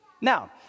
Now